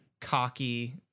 cocky